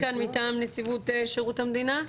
נמצאים כאן מטעם נציבות שירות המדינה?